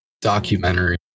documentary